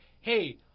hey